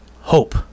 hope